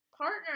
partner